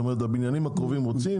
הבניינים הקרובים רוצים